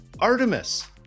Artemis